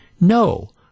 No